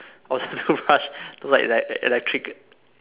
of the toothbrush like like electric